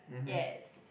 yes